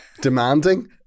demanding